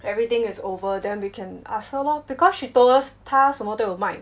everything is over then we can ask her lor because she told us 她什么都有卖